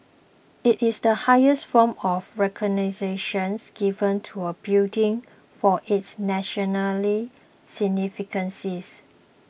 it is the highest form of recognitions given to a building for its nationally significance